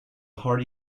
hearty